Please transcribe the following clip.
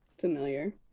familiar